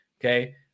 Okay